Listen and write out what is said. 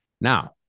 Now